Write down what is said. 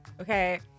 okay